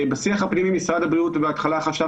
בשיח הפנימי משרד הבריאות בהתחלה חשב